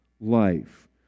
life